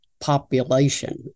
population